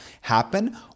happen